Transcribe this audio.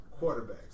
quarterbacks